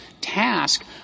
task